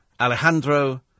Alejandro